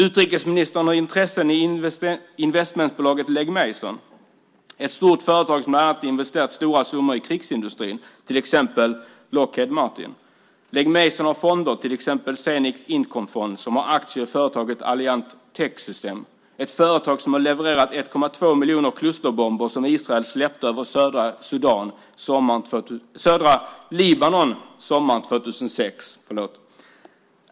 Utrikesministern har intressen i investmentbolaget Legg Mason, ett stort företag som bland annat har investerat stora summor i krigsindustrin - till exempel i Lockheed Martin. Legg Mason har fonder, till exempel Zenix Income Fund som har aktier i företaget Alliant Techsystems, ett företag som har levererat 1,2 miljoner klusterbomber som Israel sommaren 2006 släppte över södra Libanon.